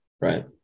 Right